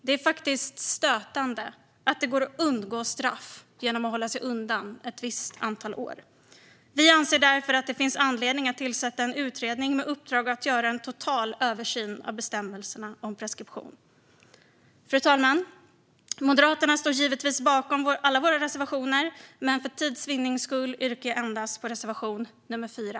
Det är faktiskt stötande att det är möjligt att undgå straff genom att hålla sig undan ett visst antal år. Vi anser därför att det finns anledning att tillsätta en utredning med uppdrag att göra en total översyn av bestämmelserna om preskription. Fru talman! Jag står givetvis bakom Moderaternas alla reservationer men för tids vinnande yrkar jag bifall endast till reservation nr 4.